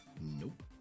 Nope